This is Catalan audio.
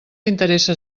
interessa